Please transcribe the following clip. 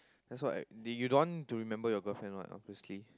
that's what I do you don't want to remember your girlfriend what obviously